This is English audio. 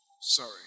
Sorry